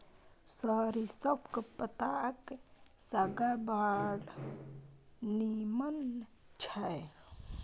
सरिसौंक पत्ताक साग बड़ नीमन छै